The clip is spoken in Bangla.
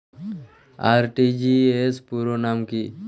আর.টি.জি.এস পুরো নাম কি?